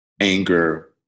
anger